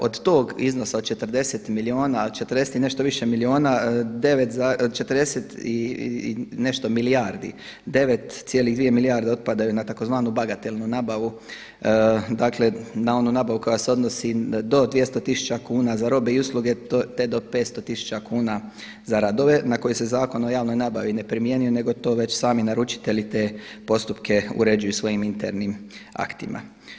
Od tog iznosa od 40 milijuna, od 40 i nešto više milijuna 40 i nešto milijardi, 9,2 milijarde otpadaju na tzv. bagatelnu nabavu, dakle na onu nabavu koja se odnosi do 200 tisuća kuna za robe i usluge te do 500 tisuća kuna za radove na koje se Zakon o javnoj nabavi ne primjenjuje nego to već sami naručitelji te postupke uređuju svojim internim aktima.